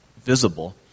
visible